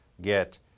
get